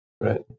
Right